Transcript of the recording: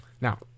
Now